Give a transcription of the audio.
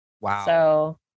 Wow